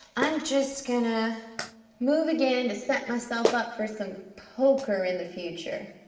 i'm just gonna move again to set myself up for some poker in the future.